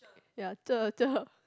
ya cher cher